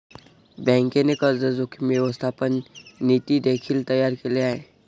बँकेने कर्ज जोखीम व्यवस्थापन नीती देखील तयार केले आहे